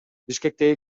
бишкектеги